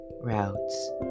routes